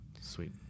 sweet